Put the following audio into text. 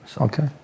okay